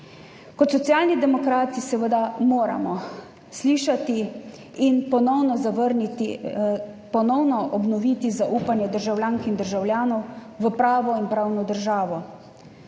Kot Socialni demokrati moramo slišati in ponovno obnoviti zaupanje državljank in državljanov v pravo in pravno državo,